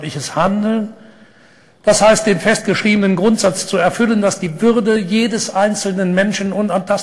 יחדיו ועל כל אחד בפני עצמו להיאבק נגד אותם מעוררי שנאה.